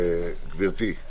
גברתי,